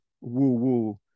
woo-woo